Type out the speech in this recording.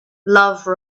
love